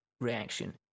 reaction